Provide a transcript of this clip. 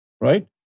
right